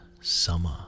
summer